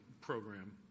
program